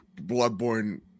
bloodborne